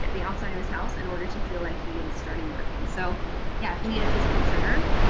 the outside of his house in order to feel like he is starting working. so yeah if you need a physical trigger,